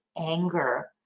anger